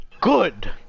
good